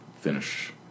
finish